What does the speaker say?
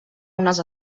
unes